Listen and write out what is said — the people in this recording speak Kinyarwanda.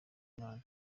imana